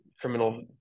criminal